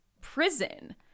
prison